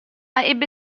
ebbe